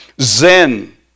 Zen